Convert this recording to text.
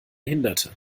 hinderte